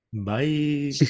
Bye